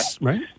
right